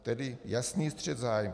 Tedy jasný střet zájmů.